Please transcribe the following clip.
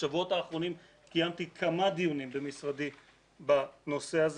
בשבועות האחרונים קיימתי כמה דיונים במשרדי בנושא הזה